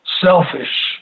selfish